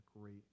great